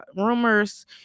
rumors